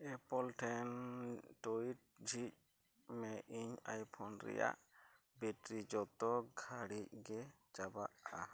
ᱮᱢᱯᱮᱞ ᱴᱷᱮᱱ ᱴᱩᱭᱤᱴ ᱡᱷᱤᱡᱽ ᱢᱮ ᱤᱧ ᱟᱭ ᱯᱷᱳᱱ ᱨᱮᱱᱟᱜ ᱵᱮᱴᱨᱤ ᱡᱷᱚᱛᱚ ᱜᱷᱟᱲᱤᱡ ᱜᱮ ᱪᱟᱵᱟᱜᱼᱟ